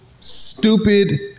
stupid